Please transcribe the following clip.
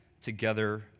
together